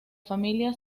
familia